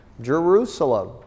Jerusalem